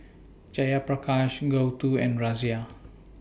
Jayaprakash Gouthu and Razia